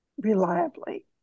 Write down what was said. reliably